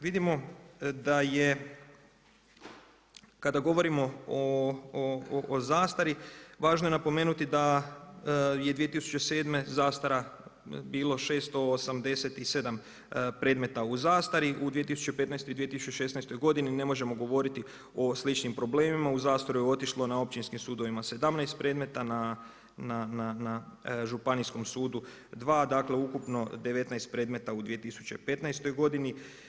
Vidimo da je kada govorimo o zastari, važno je napomenuti da je 2007. bilo 687 predmeta u zastari, u 2015. i 2016. godini ne možemo govoriti o sličnim problemima, u zastaru je otišlo na općinskim sudovima 17 predmeta, na županijskom sudu 2, dakle ukupno 19 predmeta u 2015. godini.